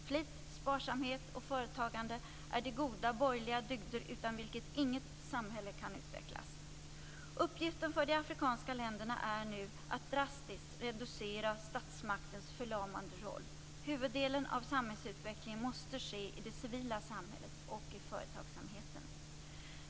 Flit, sparsamhet och företagande är de goda borgerliga dygder utan vilka inget samhälle kan utvecklas. Uppgiften för de afrikanska länderna är nu att drastiskt reducera statsmaktens förlamande roll. Huvuddelen av samhällsutvecklingen måste ske i det civila samhället och i företagsamheten.